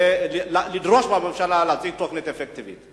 ולדרוש מהממשלה להציג תוכנית אפקטיבית.